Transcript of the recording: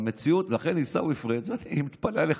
במציאות, לכן, עיסאווי פריג', אני מתפלא עליך.